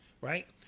right